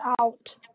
out